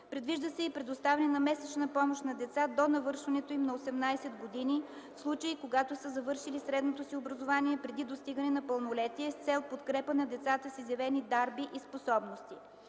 Предвижда се и предоставяне на месечна помощ на деца до навършването им на 18 години, в случаи когато са завършили средното си образование преди достигане на пълнолетие с цел подкрепа на децата с изявени дарби и способности.